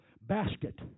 basket